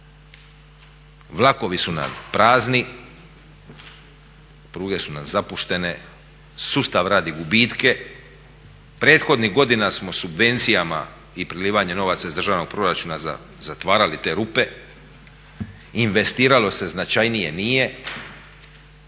Vlakovi su nam prazni, pruge su nam zapuštene, sustav radi gubitke. Prethodnih godina smo subvencijama i prelivanjem novaca iz državnog proračuna zatvarali te rupe, investiralo se značajnije nije,